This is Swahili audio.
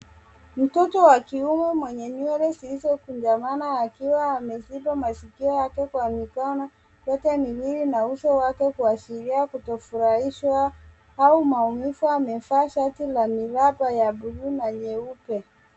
Mtoto wa kiume mwenye nwywele zilizokunjamana akiwa ameziba masikio yake kwa mikono yote miwili na uso wake kuashiria kutofurahishwa au maumivu. Amevaa shati la miraba ya bluu na nyeupe.